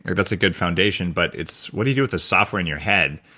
that's a good foundation but it's what do you do with the software in your head?